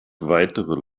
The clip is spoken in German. weitere